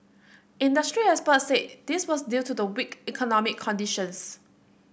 industry experts said this was due to the weak economic conditions